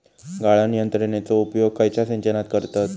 गाळण यंत्रनेचो उपयोग खयच्या सिंचनात करतत?